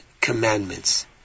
commandments